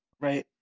Right